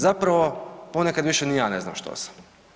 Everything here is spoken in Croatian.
Zapravo, ponekad više ni ja ne znam što sam.